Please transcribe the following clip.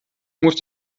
muss